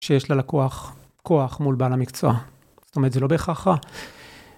שיש ללקוח כוח מול בעל המקצוע, זאת אומרת זה לא בהכרח רע.